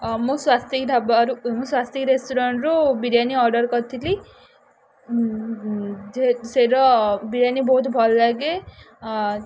ମୁଁ ସ୍ୱସ୍ତି ଢାବାରୁ ମୁଁ ସ୍ୱସ୍ତି ରେଷ୍ଟୁରାଣ୍ଟରୁ ବିରିୟାନୀ ଅର୍ଡ଼ର କରିଥିଲି ସେଠାର ବିରିୟାନୀ ବହୁତ ଭଲଲାଗେ